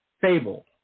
fable